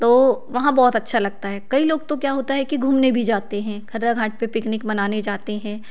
तो वहाँ बहुत अच्छा लगता है कई लोग तो क्या होता है कि घूमने भी जाते हैं खर्रा घाट पर पिकनिक मनाने जाते हैं